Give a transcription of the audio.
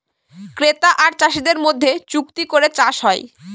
ক্রেতা আর চাষীদের মধ্যে চুক্তি করে চাষ হয়